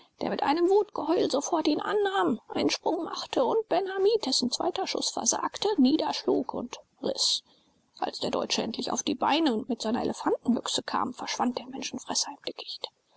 der mit einem wutgeheul sofort ihn annahm einen sprung machte und ben hamid dessen zweiter schuß versagte niederschlug und riß als der deutsche endlich auf die beine und mit seiner elefantenbüchse kam verschwand der menschenfresser im dickicht